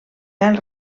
pèl